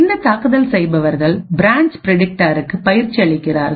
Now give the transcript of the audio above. இந்த தாக்குதல் செய்பவர்கள் பிரான்ச் பிரடிக்டாருக்கு பயிற்சி அளிக்கிறார்கள்